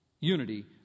Unity